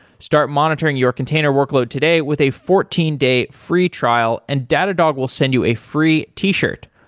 start monitoring your container workload today with a fourteen day free trial and datadog will send you a free t-shirt.